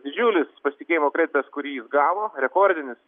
didžiulis pasitikėjimo kreditas kurį jis gavo rekordinis